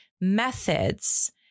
methods